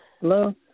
Hello